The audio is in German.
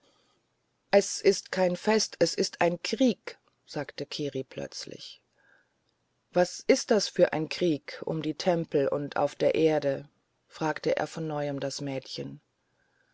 es ist kein fest es ist ein krieg sagte kiri plötzlich was ist das für ein krieg um die tempel und auf der erde fragte er von neuem das mädchen